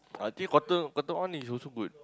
I think Cotton Cotton-on is also good